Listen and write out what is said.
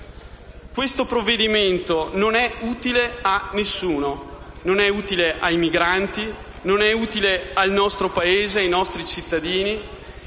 Questo provvedimento non è utile a nessuno: non è utile ai migranti, al nostro Paese e ai nostri cittadini.